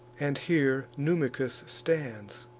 and here numicus stands